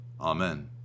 Amen